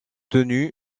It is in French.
tenu